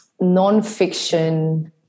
Non-fiction